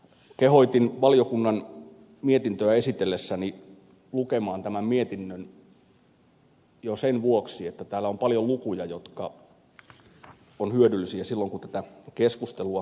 kehotin valiokunnan mietintöä esitellessäni lukemaan tämän mietinnön jo sen vuoksi että täällä on paljon lukuja jotka ovat hyödyllisiä silloin kun tätä keskustelua käydään